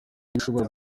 ibishobora